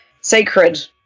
sacred